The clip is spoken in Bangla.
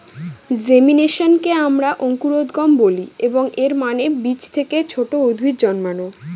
জেমিনেশনকে আমরা অঙ্কুরোদ্গম বলি, এবং এর মানে বীজ থেকে ছোট উদ্ভিদ জন্মানো